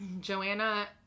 Joanna